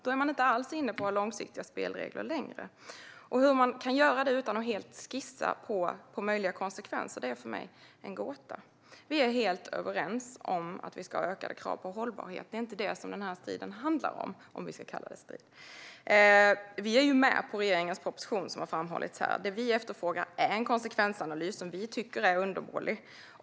Då är man inte längre inne på långsiktiga spelregler. Hur man kan göra det utan att skissa på möjliga konsekvenser är för mig en gåta. Vi är helt överens om ökade krav på hållbarhet - det är inte det som den här striden handlar om, om vi nu ska kalla det strid. Som har framhållits här är vi med på regeringens proposition. Det vi efterfrågar är en konsekvensanalys eftersom vi tycker att den är undermålig.